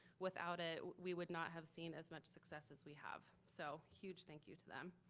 without it, we would not have seen as much success as we have. so huge thank you to them.